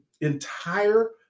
entire